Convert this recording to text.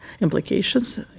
implications